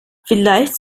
vielleicht